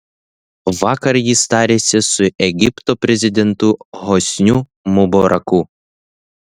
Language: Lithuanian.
vakar jis tarėsi su egipto prezidentu hosniu mubaraku